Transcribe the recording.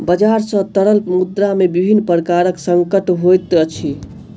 बजार सॅ तरल मुद्रा में विभिन्न प्रकारक संकट होइत अछि